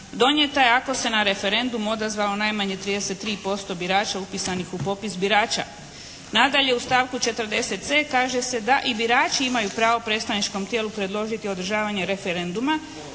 donijeta je ako se na referendum odazvalo najmanje 33% birača upisanih u popis birača. Nadalje u stavku 40.c kaže se da i birači imaju pravo predstavničkom tijelu predložiti održavanje referenduma